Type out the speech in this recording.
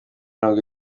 murongo